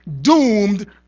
doomed